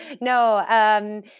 No